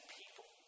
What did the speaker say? people